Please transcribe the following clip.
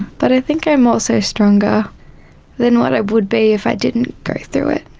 but i think i'm also stronger than what i would be if i didn't go through it.